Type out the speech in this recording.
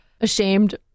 ashamed